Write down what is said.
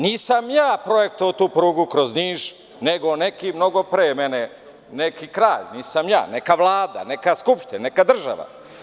Nisam ja projektovao tu prugu kroz Niš, nego neki mnogo pre mene, neki kralj, nisam ja, neka vlada, neka skupština, neka država.